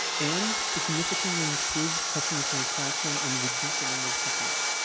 and significantly improve customer satisfaction and reduce the number of complaints.